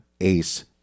Ace